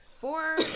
Four